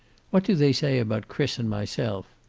what do they say about chris and myself?